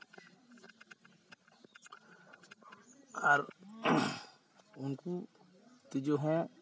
ᱟᱨ ᱩᱱᱠᱩ ᱛᱤᱡᱩ ᱦᱚᱸ